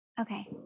Okay